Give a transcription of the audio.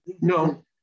No